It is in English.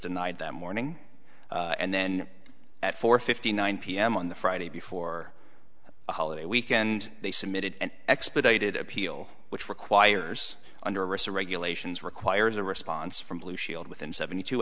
that morning and then at four fifty nine pm on the friday before a holiday weekend they submitted an expedited appeal which requires under research regulations requires a response from blue shield within seventy two